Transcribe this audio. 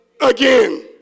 again